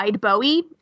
Bowie